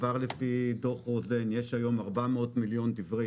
כבר לפי דוח רוזן יש היום 400 מיליון דברי